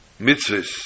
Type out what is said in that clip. mitzvahs